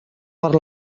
per